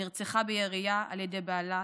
נרצחה בירייה על ידי בעלה,